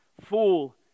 fool